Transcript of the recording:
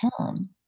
term